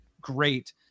great